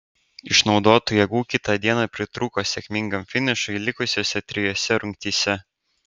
išnaudotų jėgų kitą dieną pritrūko sėkmingam finišui likusiose trijose rungtyse